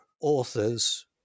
authors